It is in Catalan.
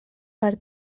per